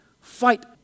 Fight